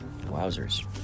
Wowzers